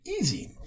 easy